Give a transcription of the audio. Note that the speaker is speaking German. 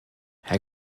herr